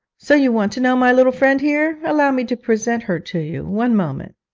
so you want to know my little friend here? allow me to present her to you. one moment